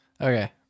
Okay